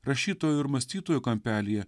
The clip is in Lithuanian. rašytojų ir mąstytojų kampelyje